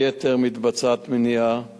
בין היתר מתבצעת מניעה